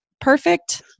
Perfect